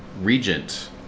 regent